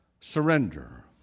surrender